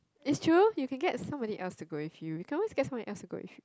it's true you can get somebody else to go with you you can always get someone else to go with